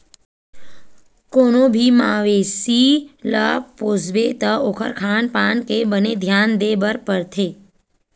कोनो भी मवेसी ल पोसबे त ओखर खान पान के बने धियान देबर परथे